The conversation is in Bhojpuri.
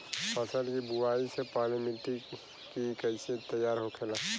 फसल की बुवाई से पहले मिट्टी की कैसे तैयार होखेला?